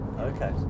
Okay